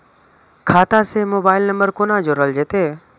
खाता से mobile number कोना जोरल जेते?